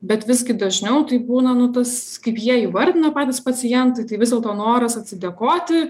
bet visgi dažniau tai būna nu tas kaip jie įvardino patys pacientai tai vis dėlto noras atsidėkoti